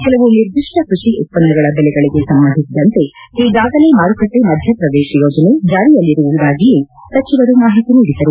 ಕೆಲವು ನಿರ್ದಿಷ್ಟ ಕೃಷಿ ಉತ್ಪನ್ನಗಳ ಬೆಲೆಗಳಿಗೆ ಸಂಬಂಧಿಸಿದಂತೆ ಈಗಾಗಲೇ ಮಾರುಕಟ್ಟೆ ಮಧ್ಯಪ್ರವೇಶ ಯೋಜನೆ ಜಾರಿಯಲ್ಲಿರುವುದಾಗಿಯೂ ಸಚಿವರು ಮಾಹಿತಿ ನೀಡಿದರು